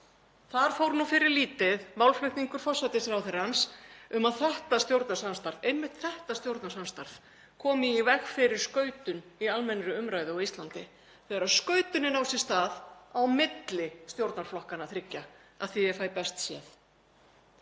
Þar fór nú fyrir lítið málflutningur forsætisráðherrans um að þetta stjórnarsamstarf, einmitt þetta stjórnarsamstarf, komi í veg fyrir skautun í almennri umræðu á Íslandi þegar skautunin á sér stað á milli stjórnarflokkanna þriggja, að því er ég fæ best séð.